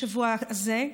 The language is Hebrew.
בשבוע הזה,